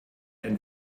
ein